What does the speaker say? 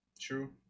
True